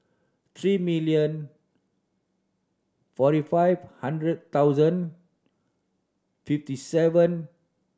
three million forty five hundred thousand fifty seven